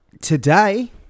Today